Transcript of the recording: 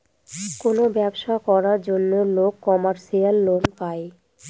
কোনো ব্যবসা করার জন্য লোক কমার্শিয়াল লোন পায়